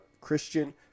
Christian